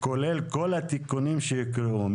כולל כל התיקונים שהוקראו.